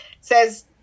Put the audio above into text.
says